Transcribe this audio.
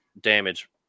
damage